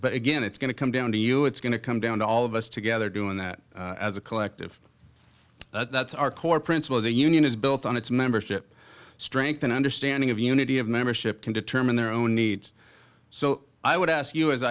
but again it's going to come down to you it's going to come down to all of us together doing that as a collective that's our core principle as a union is built on its membership strength an understanding of unity of membership can determine their own needs so i would ask you as